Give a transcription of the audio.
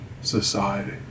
society